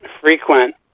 frequent